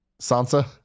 Sansa